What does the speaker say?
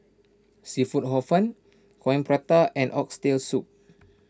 Seafood Hor Fun Coin Prata and Oxtail Soup